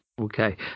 Okay